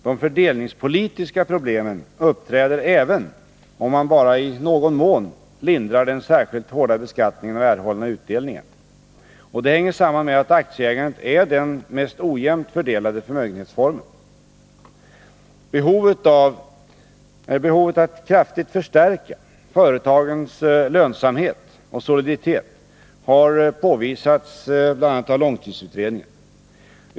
De fördelningspolitiska problemen uppträder även om man bara i någon mån lindrar den särskilt hårda beskattningen av erhållna utdelningar. Och det hänger samman med att aktieägandet är den mest ojämnt fördelade förmögenhetsformen. Behovet av att kraftigt förstärka företagens lönsamhet och soliditet har påvisats bl.a. av långtidsutredningen.